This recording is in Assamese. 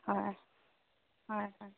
হয় হয়